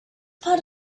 part